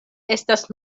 estas